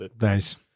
Nice